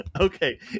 okay